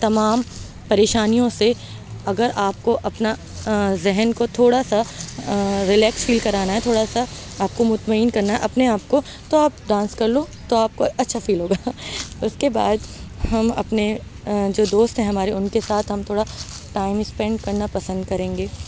تمام پریشانیوں سے اگر آپ کو اپنا ذہن کو تھوڑا سا ریلیکس فیل کرانا ہے تھوڑا سا آپ کو مطمئن کرنا ہے اپنے آپ کو تو آپ ڈانس کر لو تو آپ کو اچھا فیل ہوگا اس کے بعد ہم اپنے جو دوست ہیں ہمارے ان کے ساتھ ہم تھوڑا ٹائم اسپینڈ کرنا پسند کریں گے